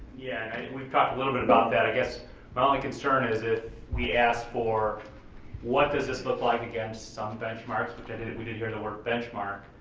yeah and we've talked a little bit about that i guess my only concern is if we ask for what does this look like against some benchmarks which, and we did hear the word benchmark,